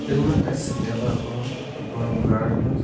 ییٚلہِ مےٚ تَتہِ سُہ ٹِلَر اوٚن بوٚرُم گاڑِ منٛز